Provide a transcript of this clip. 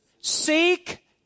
Seek